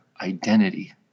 identity